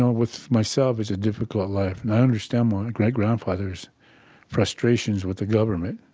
um with myself it's a difficult life, and i understand my great-grandfather's frustrations with the government.